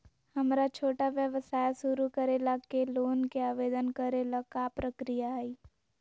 हमरा छोटा व्यवसाय शुरू करे ला के लोन के आवेदन करे ल का प्रक्रिया हई?